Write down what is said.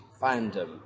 fandom